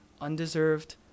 undeserved